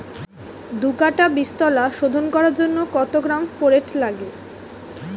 দু কাটা বীজতলা শোধন করার জন্য কত গ্রাম ফোরেট লাগে?